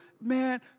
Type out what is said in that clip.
man